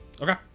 Okay